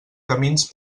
camins